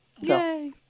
Yay